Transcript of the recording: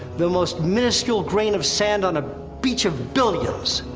the most minuscule grain of sand. on a beach of billions!